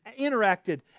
interacted